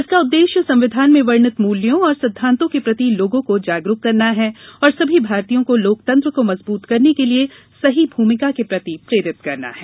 इसका उद्देश्य संविधान में वर्णित मूल्यों और सिद्वांतों के प्रति लोगों को जागरुक करना है और सभी भारतीयों को लोकतंत्र को मजबूत करने के लिए सही भूमिका के प्रति प्रेरित करना है